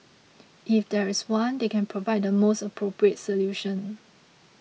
if there is one they can provide the most appropriate solution